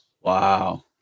Wow